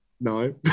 No